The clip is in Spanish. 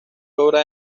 obra